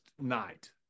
night